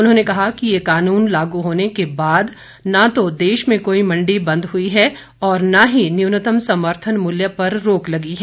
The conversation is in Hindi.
उन्होंने कहा कि ये कानून लागू होने के बाद न तो देश में कोई मंडी बंद हुई है और न ही न्यूनतम समर्थन मूल्य पर रोक लगी है